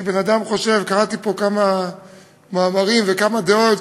וכשבן-אדם חושב קראתי פה כמה מאמרים וכמה דעות,